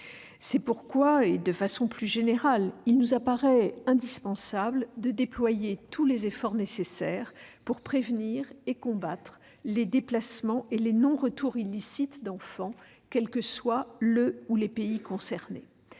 C'est pourquoi, de façon plus générale, il nous paraît indispensable de déployer tous les efforts nécessaires pour prévenir et combattre les déplacements et les non-retours illicites d'enfants, quels que soient les pays concernés.